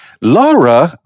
Laura